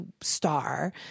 star